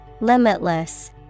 Limitless